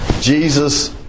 Jesus